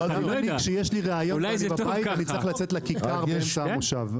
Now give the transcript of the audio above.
כשיש לי ריאיון אני צריך לצאת לכיכר מחוץ למושב.